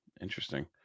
Interesting